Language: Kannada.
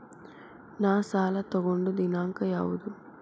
ನಾ ಸಾಲ ತಗೊಂಡು ದಿನಾಂಕ ಯಾವುದು?